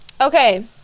Okay